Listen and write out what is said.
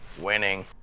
Winning